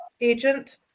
Agent